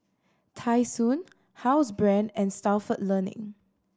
Tai Sun Housebrand and Stalford Learning